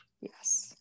Yes